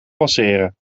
passeren